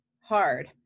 hard